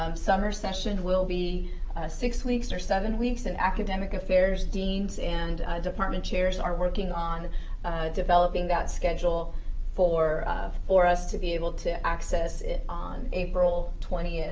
um summer session will be six weeks or seven weeks, and academic affairs deans and department chairs are working on developing that schedule for for us to be able to access it on april twenty.